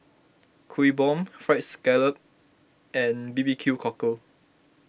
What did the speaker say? Kuih Bom Fried Scallop and B B Q Cockle